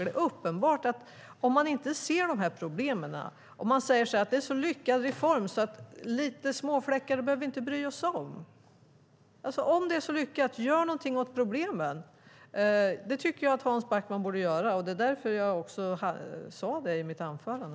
Det är uppenbart att man inte ser de problemen. Man säger att det är en så lyckad reform att vi inte behöver bry oss om lite småfläckar. Om det är så lyckat, gör någonting åt problemen. Det tycker jag att Hans Backman borde göra. Det är också därför jag sade det i mitt anförande.